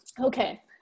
Okay